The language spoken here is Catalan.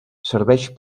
serveix